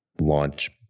launch